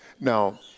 Now